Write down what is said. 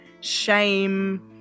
shame